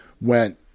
went